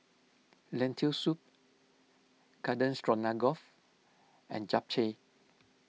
Lentil Soup Garden Stroganoff and Japchae